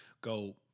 go